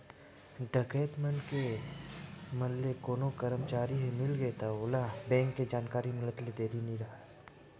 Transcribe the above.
डकैत मन ले कोनो करमचारी ह मिलगे त ओला बेंक के जानकारी मिलत देरी नइ राहय